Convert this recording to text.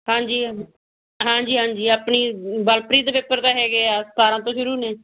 ਹਾਂਜੀ ਹਾਂਜੀ ਹਾਂਜੀ ਆਪਣੀ ਬਲਪ੍ਰੀਤ ਦੇ ਪੇਪਰ ਤਾਂ ਹੈਗੇ ਆ ਸਤਾਰ੍ਹਾਂ ਤੋਂ ਸ਼ੁਰੂ ਨੇ